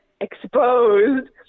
exposed